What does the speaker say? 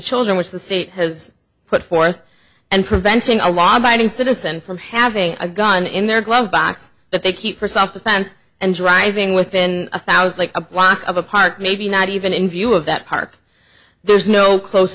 children which the state has put forth and preventing a law abiding citizen from having a gun in their glove box that they keep for self defense and driving within a thousand a block of apart maybe not even in view of that park there is no close